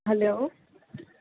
hello